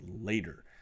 later